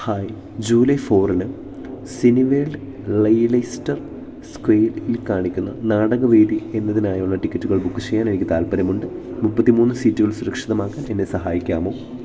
hi July ഫോറിന് Cineworld Leicester Square ൽ കാണിക്കുന്ന നാടകവേദി എന്നതിനായുള്ള ടിക്കറ്റുകൾ ബുക്ക് ചെയ്യാനെനിക്ക് താൽപ്പര്യമുണ്ട് മുപ്പത്തി മൂന്ന് സീറ്റുകൾ സുരക്ഷിതമാക്കാൻ എന്നെ സഹായിക്കാമോ